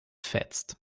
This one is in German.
fetzt